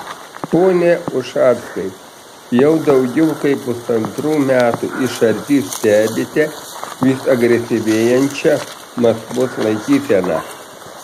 pone ušackai jau daugiau kaip pusantrų metų iš arti stebite vis agresyvėjančią maskvos laikyseną